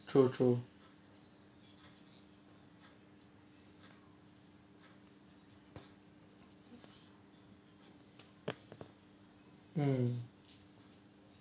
true true mm